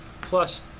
plus